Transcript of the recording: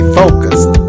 focused